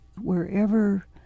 wherever